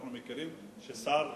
אנחנו מכירים בכך ששר,